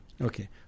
Okay